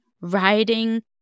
writing